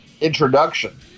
introduction